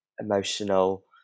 emotional